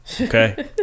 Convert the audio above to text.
Okay